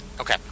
okay